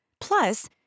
Plus